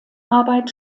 arbeit